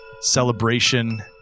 Celebration